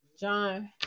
john